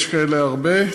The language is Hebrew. יש כאלה הרבה.